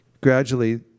gradually